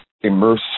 immerse